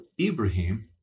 Ibrahim